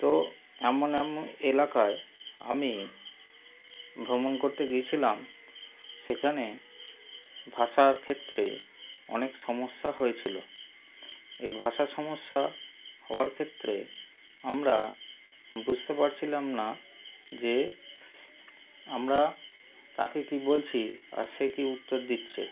তো এমন এমন এলাকায় আমি ভ্রমণ করতে গেছিলাম সেখানে ভাষার ক্ষেত্রে অনেক সমস্যা হয়েছিলো এই ভাষার সমস্যা হওয়ার ক্ষেত্রে আমরা বুঝতে পারছিলাম না যে আমরা কাকে কী বলছি আর সে কী উত্তর দিচ্ছে